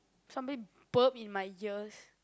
somebody burp in my ears